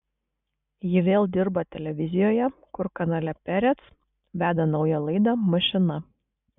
ji vėl dirba televizijoje kur kanale perec veda naują laidą mašina